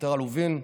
יותר עלובין.